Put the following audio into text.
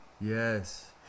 Yes